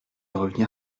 revenir